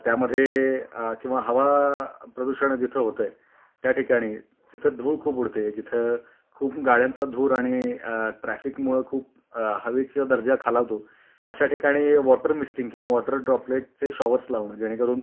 त्यामध्ये किंवा हवा प्रदूषण जिथं होतं आहे त्या ठिकाणी जिथं धूळ खूप उडते जिथं खूप गाड्यांचा धूर आणि ट्रॅफिकमुळं खूप हवेच्या दर्जा खालावतो अशा ठिकाणी वॉटर मिस्टिंग किंवा वॉटर ड्रॉपलेटचे शॉवर्स लावणं जेणेकरून